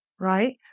right